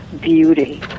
beauty